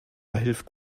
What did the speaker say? hilft